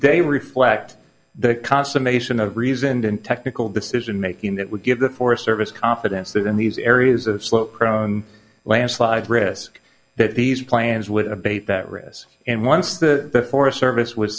they reflect the consummation of reasoned and technical decision making that would give the forest service confidence that in these areas of slow prone landslide risk that these plans would abate that risk and once the forest service was